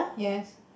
yes